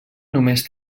només